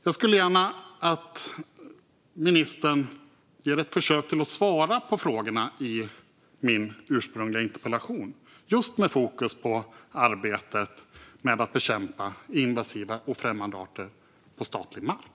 Jag skulle gärna vilja att ministern gör ett försök att svara på frågorna i min ursprungliga interpellation just med fokus på arbetet med att bekämpa invasiva främmande arter på statlig mark.